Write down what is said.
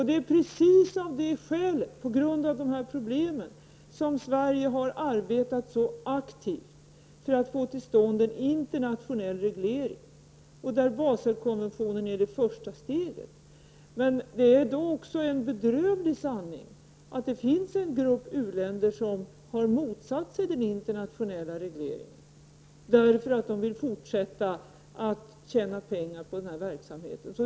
Det är på grund av dessa problem som Sverige har arbetat så aktivt för att få till stånd en internationell reglering där Baselkonventionen är det första steget. Men det är också en bedrövlig sanning, att det finns en grupp u-länder som har motsatt sig en internationell reglering, eftersom de vill fortsätta att tjäna pengar på denna verksamhet.